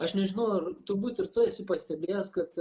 aš nežinau ar turbūt ir tu esi pastebėjęs kad